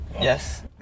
Yes